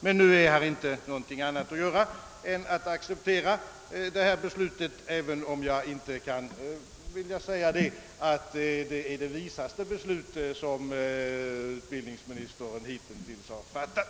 Men nu är här inte något annat att göra än att acceptera detta beslut, även om jag inte kan säga, att det är det visaste beslut som utbildningsministern hitintills har fattat.